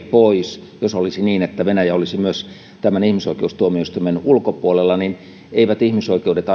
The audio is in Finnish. pois jos olisi niin että venäjä olisi myös tämän ihmisoikeustuomioistuimen ulkopuolella niin eivät ihmisoikeudet